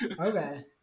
Okay